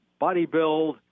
Bodybuild